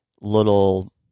little